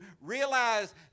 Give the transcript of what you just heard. realize